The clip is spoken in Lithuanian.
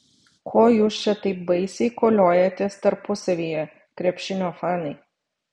ko jūs čia taip baisiai koliojatės tarpusavyje krepšinio fanai